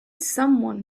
someone